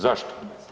Zašto?